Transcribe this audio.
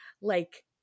like-